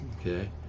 okay